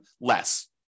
less